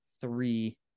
three